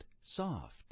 soft